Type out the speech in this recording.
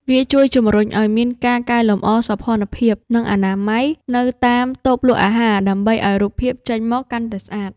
វាជួយជំរុញឱ្យមានការកែលម្អសោភ័ណភាព និងអនាម័យនៅតាមតូបលក់អាហារ ដើម្បីឱ្យរូបភាពចេញមកកាន់តែស្អាត។